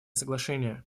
соглашения